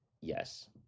Yes